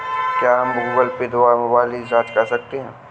क्या हम Google Pay द्वारा मोबाइल रिचार्ज कर सकते हैं?